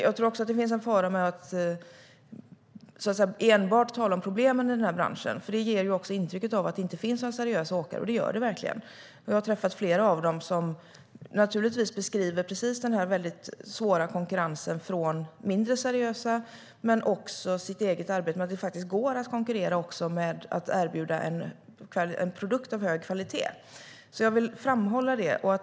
Jag tror att det finns en fara med att enbart tala om problemen i branschen. Det ger intrycket av att det inte finns några seriösa åkare, och det gör det verkligen. Jag har träffat flera av dem, som beskriver precis denna svåra konkurrens från de mindre seriösa men också sitt eget arbete. Det går att konkurrera också genom att erbjuda en produkt av hög kvalitet. Jag vill framhålla detta.